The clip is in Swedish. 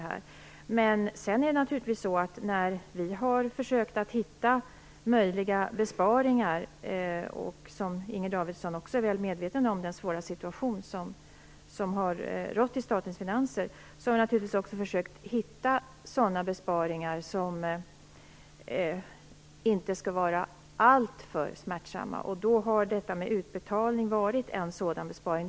När vi i regeringen har försökt hitta möjliga besparingar i den svåra situation som Inger Davidson också är väl medveten om att statens finanser befunnit sig i har vi naturligtvis också försökt hitta sådana besparingar som inte skall vara allt för smärtsamma. Ändrat utbetalningsdatum har varit en sådan besparing.